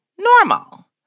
normal